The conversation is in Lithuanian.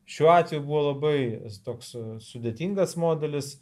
šiuo atveju buvo labai stūksojo sudėtingas modelis